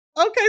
okay